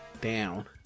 down